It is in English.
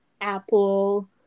Apple